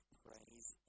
praise